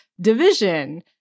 division